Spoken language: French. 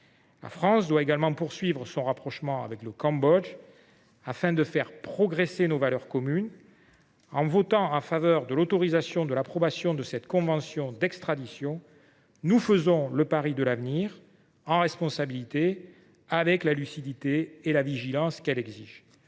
La France doit également poursuivre son rapprochement avec le Cambodge afin de faire progresser nos valeurs communes. En votant pour l’approbation de cette convention d’extradition, nous faisons le pari de l’avenir, en responsabilité, avec la lucidité et la vigilance que celle ci exige.